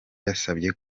yasabye